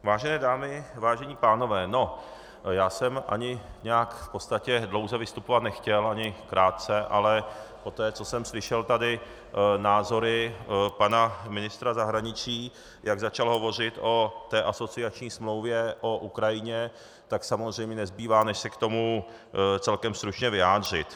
Vážené dámy, vážení pánové, já jsem ani nějak v podstatě dlouze vystupovat nechtěl, ani krátce, ale poté, co jsem slyšel tady názory pana ministra zahraničí, jak začal hovořil o asociační smlouvě, o Ukrajině, tak samozřejmě mi nezbývá, než se k tomu celkem stručně vyjádřit.